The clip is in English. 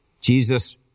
Jesus